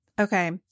okay